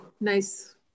nice